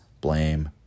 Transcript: blame